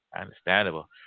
Understandable